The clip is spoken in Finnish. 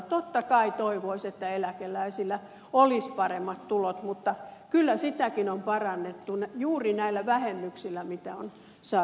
totta kai toivoisi että eläkeläisillä olisi paremmat tulot mutta kyllä niitäkin on parannettu juuri näillä vähennyksillä mitä on saatu aikaan